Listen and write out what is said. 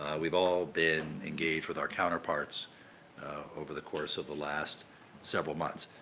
we've all been engaged with our counterparts over the course of the last several months.